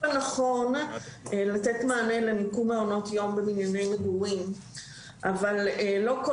מדברים על מתן מענה למיקום מעונות יום בבנייני מגורים אבל לא כל